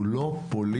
הוא לא פוליטי,